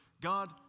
God